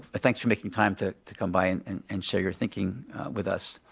ah thanks for making time to to combine and and share your thinking with us.